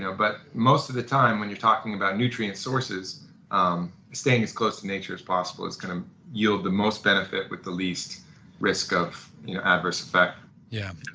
but most of the time when you're talking about nutrient sources um staying as close to nature as possible is going to yield the most benefit with the least risk of adverse effect yeah.